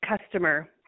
customer